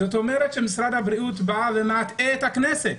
זאת אומרת שמשרד הבריאות מטעה את הכנסת.